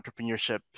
entrepreneurship